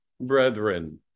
brethren